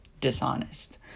dishonest